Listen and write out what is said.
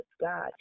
God